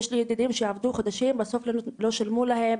יש לי ידידים שעבדו חודשים ובסוף לא שילמו להם,